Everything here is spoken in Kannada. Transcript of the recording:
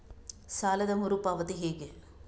ಸಾಲದ ಮರು ಪಾವತಿ ಹೇಗೆ?